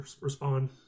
respond